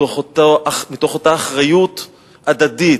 מתוך אותה אחריות הדדית,